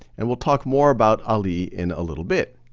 and we'll talk more about ali in a little bit.